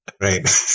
Right